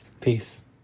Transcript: Peace